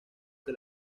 que